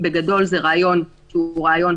בגדול זה רעיון נכון,